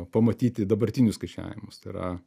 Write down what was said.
pamatyti dabartinius skaičiavimus tai yra